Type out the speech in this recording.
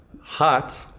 hot